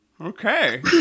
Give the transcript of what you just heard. Okay